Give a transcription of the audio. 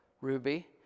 Ruby